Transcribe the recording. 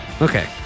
okay